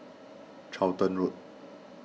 Charlton Road